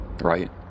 right